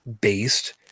based